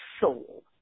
soul